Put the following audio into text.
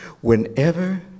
Whenever